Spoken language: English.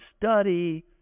study